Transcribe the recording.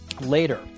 later